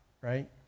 right